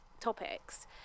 topics